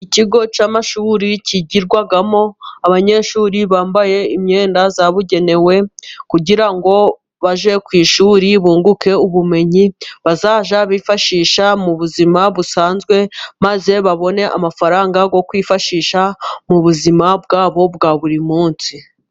Ikigo cy'amashuri kigirwamo. Abanyeshuri bambaye imyenda yabugenewe kugira ngo bajye ku ishuri, bunguke ubumenyi bazajya bifashisha mu buzima busanzwe, maze babone amafaranga yo kwifashisha mu buzima bwabo bwa buri munsi.